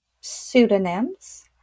pseudonyms